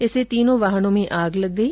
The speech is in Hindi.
इससे तीनों वाहनों में आग लग गई